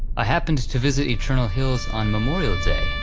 i happened to visit eternal hills on memorial day,